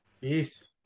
Peace